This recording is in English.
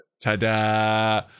Ta-da